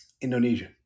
Indonesia